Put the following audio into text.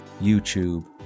YouTube